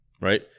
right